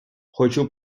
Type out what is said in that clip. хочу